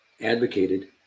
advocated